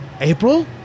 April